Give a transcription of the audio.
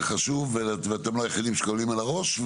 חשוב ואתם לא היחידים שמקבלים על הראש,